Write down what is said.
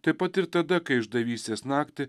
taip pat ir tada kai išdavystės naktį